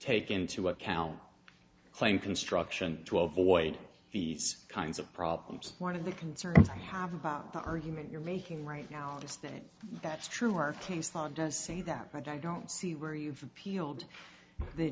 take into account claim construction twelve void these kinds of problems one of the concerns i have about the argument you're making right now is that that's true our case law does say that but i don't see where you've peeled the